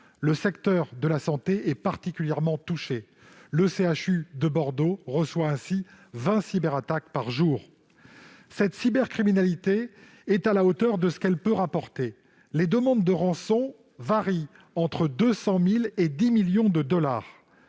Le secteur de la santé est particulièrement touché. Le CHU de Bordeaux subit ainsi une vingtaine de cyberattaques chaque jour. Cette cybercriminalité est à la hauteur de ce qu'elle peut rapporter : les demandes de rançon varient entre 200 000 et 10 millions de dollars.